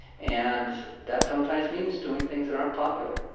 and that sometimes means doing things that aren't popular.